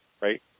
Right